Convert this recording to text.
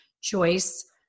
choice